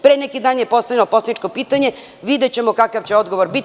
Pre neki dan je postavljeno poslaničko pitanje, videćemo kakav će odgovor biti.